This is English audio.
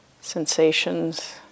sensations